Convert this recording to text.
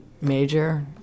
major